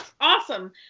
awesome